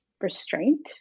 restraint